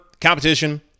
competition